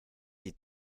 sie